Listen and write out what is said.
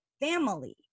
family